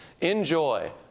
Enjoy